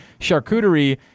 Charcuterie